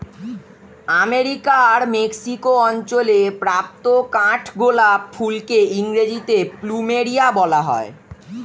আমেরিকার মেক্সিকো অঞ্চলে প্রাপ্ত কাঠগোলাপ ফুলকে ইংরেজিতে প্লুমেরিয়া বলা হয়